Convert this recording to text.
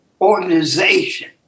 organization